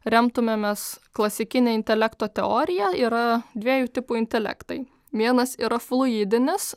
remtumėmės klasikine intelekto teorija yra dviejų tipų intelektai vienas yra fluidinis